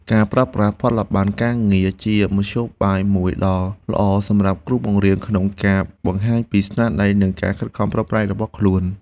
ការប្រើប្រាស់ផលប័ត្រការងារគឺជាមធ្យោបាយមួយដ៏ល្អសម្រាប់គ្រូបង្រៀនក្នុងការបង្ហាញពីស្នាដៃនិងការខិតខំប្រឹងប្រែងរបស់ខ្លួន។